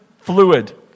fluid